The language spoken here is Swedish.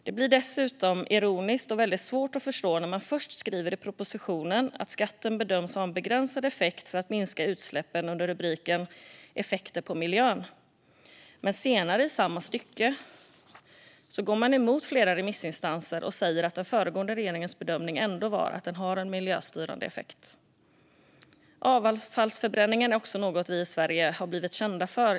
Det är dessutom ironiskt att den föregående regeringen skriver i propositionen, under rubriken "Effekter på miljön", att skatten bedöms ha en begränsad effekt för att minska utsläppen - men senare i samma stycke går emot flera remissinstanser och säger att bedömningen ändå är att den har en miljöstyrande effekt. Det blir väldigt svårt att förstå. Avfallsförbränningen är också något vi i Sverige har blivit kända för.